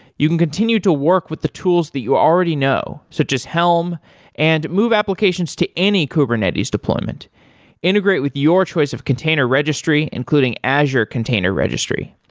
you can continue to work with the tools that you already know, so just helm and move applications to any kubernetes deployment integrate with your choice of container registry, including azure container registry.